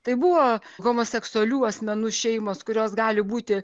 tai buvo homoseksualių asmenų šeimos kurios gali būti